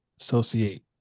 associate